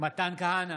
מתן כהנא,